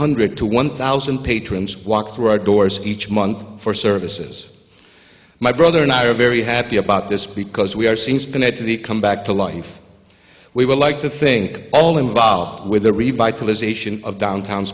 hundred to one thousand patrons walk through our doors each month for services my brother and i are very happy about this because we are seen as connect to the come back to life we would like to think all involved with the revitalization of downtown